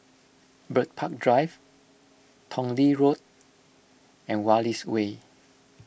Bird Park Drive Tong Lee Road and Wallace Way